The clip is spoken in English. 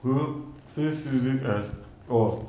so she sees it as oh